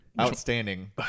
Outstanding